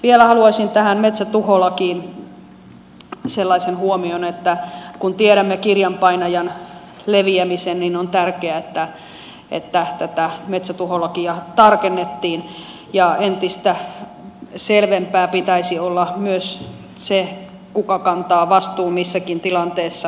vielä haluaisin tähän metsätuholakiin liittyen sanoa sellaisen huomion että kun tiedämme kirjanpainajan leviämisen niin on tärkeää että tätä metsätuholakia tarkennettiin ja entistä selvempää pitäisi olla myös sen kuka kantaa vastuun missäkin tilanteessa